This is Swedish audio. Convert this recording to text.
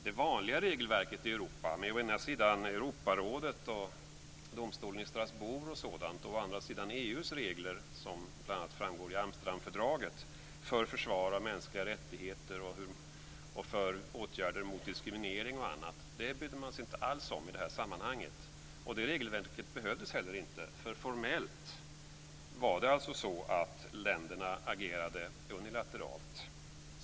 Det vanliga regelverket i Europa, med å ena sidan Europarådet och domstolen i Strasbourg och å andra sidan EU:s regler som bl.a. framgår i Amsterdamfördraget för försvar av mänskliga rättigheter och för åtgärder mot diskriminering och annat, brydde man sig inte alls om i detta fall. Det behövdes inte, för formellt var det så att länderna agerade unilateralt.